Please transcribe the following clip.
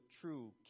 true